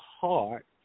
heart